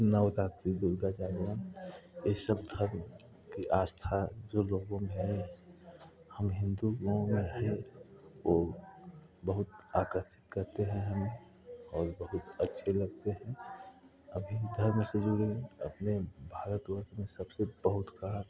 नवरात्रि दुर्गा का ये सब धर्म की आस्था जो लोगों में है हम हिन्दुओं में है ओ बहुत आकर्षित करते हैं हमें और बहुत अच्छे लगते हैं अभी धर्म से जुड़े अपने भारतवर्ष में सबसे बहुत कहाँ